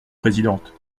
présidente